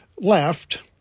left